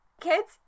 Kids